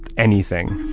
anything